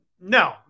No